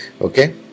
okay